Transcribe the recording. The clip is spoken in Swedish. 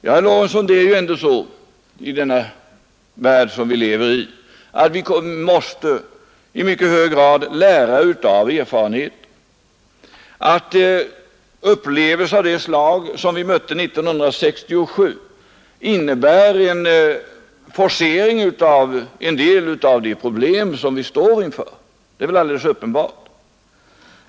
Ja, herr Lorentzon, det är ju ändå så i den värld som vi lever i, att vi i mycket hög grad måste lära av erfarenheten. Att upplevelser av det slag som vi mötte 1967 innebär en forcering av lösningen på en del av de problem som vi står inför är alldeles uppenbart.